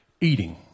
eating